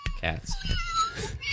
cats